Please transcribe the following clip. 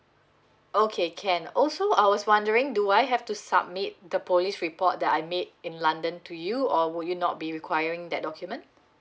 okay can also I was wondering do I have to submit the police report that I made in london to you or would you not be requiring that document